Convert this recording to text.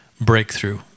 breakthrough